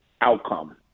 outcome